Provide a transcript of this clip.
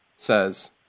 says